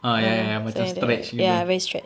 ah ya ya ya macam stretched gitu